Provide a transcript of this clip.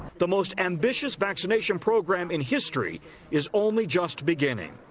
the most ambitious vaccination program in history is only just beginning.